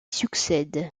succède